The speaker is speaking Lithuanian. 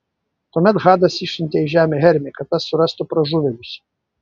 tuomet hadas išsiuntė į žemę hermį kad tas surastų pražuvėlius